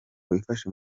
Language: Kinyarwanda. wifashe